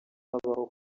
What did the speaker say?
habaho